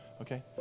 Okay